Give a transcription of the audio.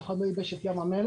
אף אחד לא ייבש את ים המלח.